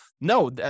no